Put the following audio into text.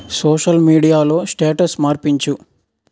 social మీడియాలో status మార్పించు